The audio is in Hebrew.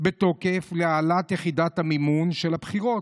בתוקף להעלאת יחידת המימון של הבחירות.